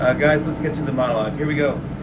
ah guys, let's get to the monologue. here we go.